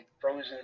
frozen